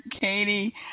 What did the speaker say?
Katie